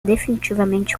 definitivamente